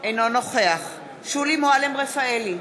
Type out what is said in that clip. אינו נוכח שולי מועלם-רפאלי,